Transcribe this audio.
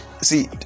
See